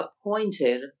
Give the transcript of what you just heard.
appointed